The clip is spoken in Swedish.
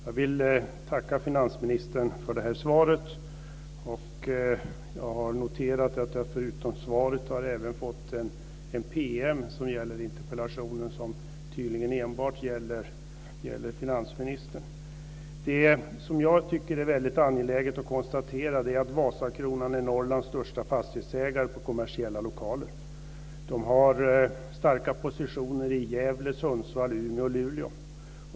Fru talman! Jag vill tacka finansministern för det här svaret. Jag har noterat att jag förutom svaret även har fått en PM som gäller interpellationen som tydligen enbart gäller finansministern. Det som jag tycker är väldigt angeläget att konstatera är att Vasakronan är Norrlands största fastighetsägare på kommersiella lokaler. De har starka positioner i Gävle, Sundsvall, Umeå och Luleå.